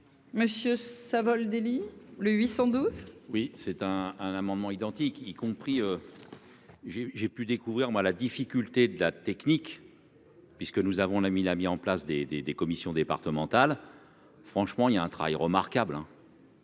Monsieur Savoldelli, le 800